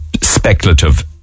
speculative